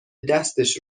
دستش